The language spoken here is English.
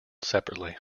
separately